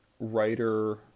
writer